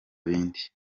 bindi